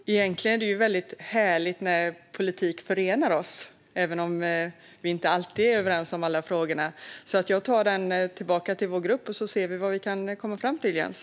Fru talman! Egentligen är det väldigt härligt när politik förenar oss, även om vi inte är överens i alla frågor. Jag tar frågan tillbaka till vår grupp. Sedan får vi se vad vi kan komma fram till, Jens.